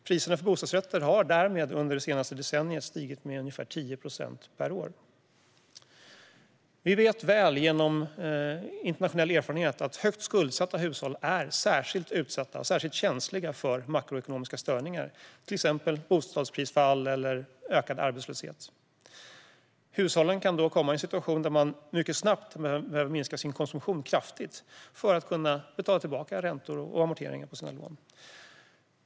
Priserna för bostadsrätter har därmed under det senaste decenniet stigit med ungefär 10 procent per år. Vi vet väl genom internationell erfarenhet att högt skuldsatta hushåll är särskilt utsatta och känsliga för makroekonomiska störningar, till exempel bostadsprisfall eller ökad arbetslöshet. Hushållen kan då komma i en situation där de mycket snabbt behöver minska sin konsumtion kraftigt för att kunna betala tillbaka räntor och amorteringar på sina lån.